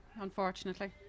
unfortunately